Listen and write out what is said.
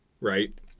right